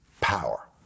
power